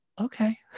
okay